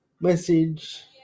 message